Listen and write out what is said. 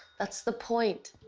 that's the point.